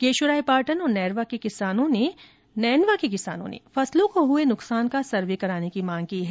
केशोरायपाटन और नैरवा के किसानों ने फसलों को हुए नुकसान का सर्वे कराने की मांग की है